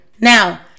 Now